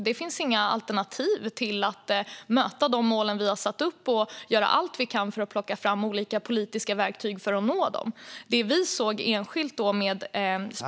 Det finns inga alternativ till att möta de mål vi har satt upp och göra allt vi kan för att plocka fram olika politiska verktyg för att nå dem.